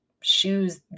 shoes